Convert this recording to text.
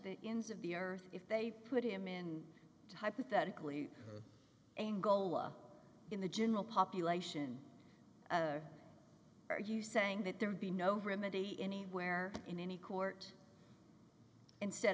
the ins of the or if they put him in hypothetically angola in the general population are you saying that there would be no remedy anywhere in any court instead